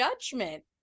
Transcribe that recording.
judgment